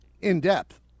in-depth